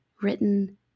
written